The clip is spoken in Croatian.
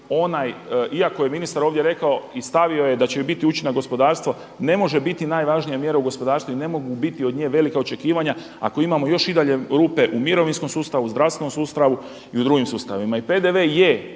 iako je ministar ovdje rekao i stavio je da će biti učinak na gospodarstvo, ne može biti najvažnija mjera u gospodarstvu i ne mogu biti od nje velika očekivanja ako imamo još i dalje rupe u mirovinskom sustavu, zdravstvenom sustavu i u drugim sustavima.